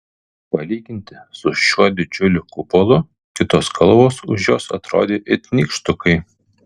palyginti su šiuo didžiuliu kupolu kitos kalvos už jos atrodė it nykštukai